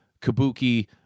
Kabuki